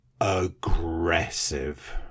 aggressive